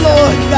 Lord